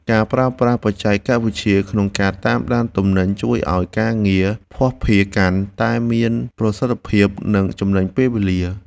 ការប្រើប្រាស់បច្ចេកវិទ្យាក្នុងការតាមដានទំនិញជួយឱ្យការងារភស្តុភារកាន់តែមានប្រសិទ្ធភាព និងចំណេញពេលវេលា។